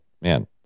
man